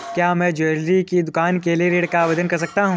क्या मैं ज्वैलरी की दुकान के लिए ऋण का आवेदन कर सकता हूँ?